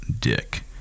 dick